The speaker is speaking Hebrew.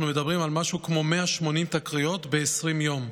מדברים על משהו כמו 180 תקריות ב-20 יום,